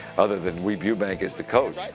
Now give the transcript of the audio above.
other than weeb ewbank is the coach.